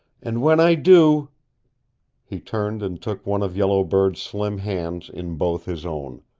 and when i do he turned and took one of yellow bird's slim hands in both his own.